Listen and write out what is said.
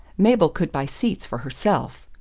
mabel could buy seats for herself.